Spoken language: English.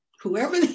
Whoever